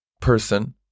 person